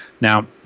Now